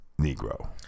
Negro